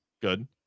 good